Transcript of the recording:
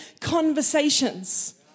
conversations